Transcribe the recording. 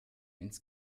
ins